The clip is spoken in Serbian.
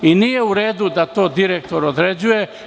Nije u redu da to direktor određuje.